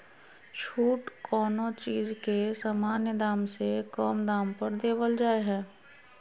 छूट कोनो चीज के सामान्य दाम से कम दाम पर देवल जा हइ